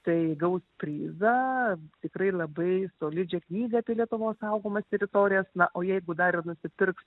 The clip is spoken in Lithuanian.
tai gaus prizą tikrai labai solidžią knygą apie lietuvos saugomas teritorijas na o jeigu dar ir nusipirks